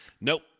Nope